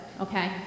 Okay